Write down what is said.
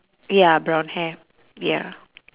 ya brown hair ya